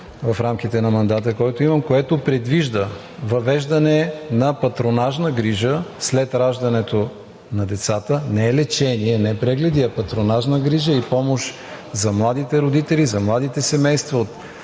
в рамките на мандата, който имам, което предвижда въвеждане на патронажна грижа след раждането на децата. Не лечение, не прегледи, а патронажна грижа и помощ за младите родители, на младите семейства от